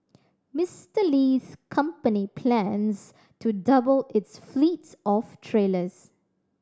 Mister Li's company plans to double its fleet of trailers